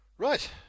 Right